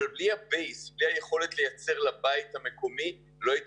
אבל בלי היכולת לייצר לבית המקומי לא הייתי